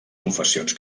confessions